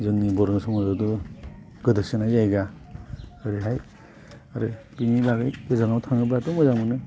जोंनि बर' समाजाथ' गोदोसोनाय जायगा ओरैहाय आरो बिनि बागै गोजानाव थाङोबाथ' मोजां मोनो